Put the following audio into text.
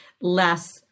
less